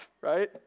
right